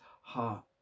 heart